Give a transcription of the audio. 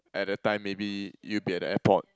at that time maybe you'll be at the airport